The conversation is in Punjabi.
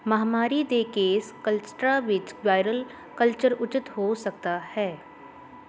ਮਹਾਂਮਾਰੀ ਦੇ ਕੇਸ ਕਲਸਟਰਾਂ ਵਿੱਚ ਵਾਇਰਲ ਕਲਚਰ ਉਚਿਤ ਹੋ ਸਕਦਾ ਹੈ